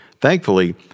Thankfully